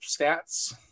stats